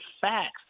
facts